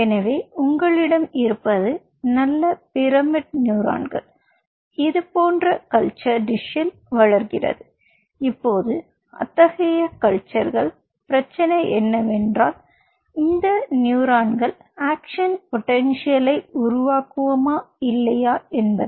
எனவே உங்களிடம் இருப்பது நல்ல பிரமிடு நியூரான்கள் இது போன்ற கல்ச்சர் டிஷ்ஷில் வளர்கிறது இப்போது அத்தகைய கல்ச்சர்ன் பிரச்சனை என்னவென்றால் இந்த நியூரான்கள் ஆக்ஷன் பொடென்ஷியலை உருவாக்குமா இல்லையா என்பதே